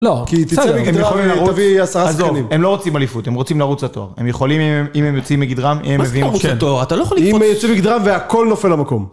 לא, כי תצא מגדרם ותביא עשרה סגנים. הם לא רוצים אליפות, הם רוצים לרוץ לתואר. הם יכולים אם הם יוצאים מגדרם, אם הם מביאים... מה זה קוראים לרוץ לתואר? אתה לא יכול להתמודד. אם יוצא מגדרם והכול נופל למקום.